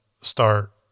start